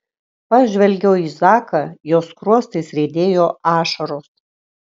pažvelgiau į zaką jo skruostais riedėjo ašaros